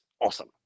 awesome